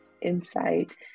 insight